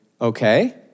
okay